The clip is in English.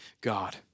God